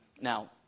Now